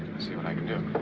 i'll see what i can do.